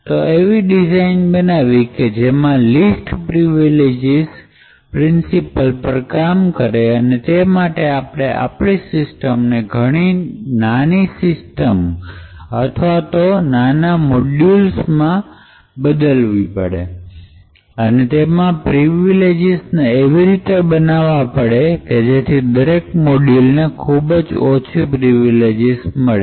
તો એવી ડિઝાઈન બનાવી કે જે લિસ્ટ પ્રિવિલેજીસ પ્રિન્સિપલ પર કામ કરેતેના માટે આપણે આપણી સિસ્ટમ ને ઘણી બધી નાની સિસ્ટમ અથવા તો મોડુલસ માં ફેરવવું પડે અને તેમાં પ્રિવિલેજીસને એવી રીતે બનાવવા પડે કે જેથી દરેક મોડ્યુલને ખૂબ જ ઓછા પ્રિવિલેજીસ મળે